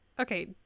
okay